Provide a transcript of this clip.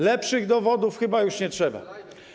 Lepszych dowodów chyba już nie trzeba.